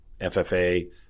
FFA